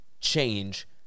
change